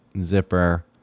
Zipper